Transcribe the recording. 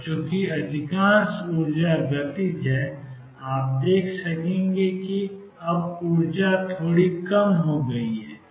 और चूंकि अधिकांश ऊर्जा गतिज है आप देखेंगे कि अब ऊर्जा थोड़ी कम हो गई है